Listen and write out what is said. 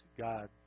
God